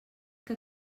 que